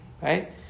Right